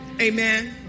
Amen